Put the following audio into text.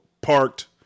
parked